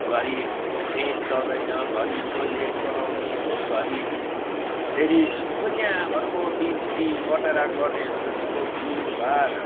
घरी फ्यान चल्दैन घरी टोइलेट गनाउने हो घरी फेरि दुनियाभरको बिक्री पटारा गर्नेहरू जतिको भिडभाड